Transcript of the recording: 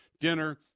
dinner